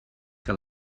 que